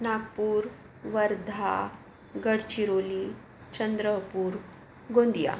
Nagpur Wardha Gadchiroli Chandrapur Gondia